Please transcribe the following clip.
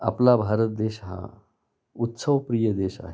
आपला भारत देश हा उत्सवप्रिय देश आहे